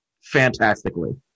fantastically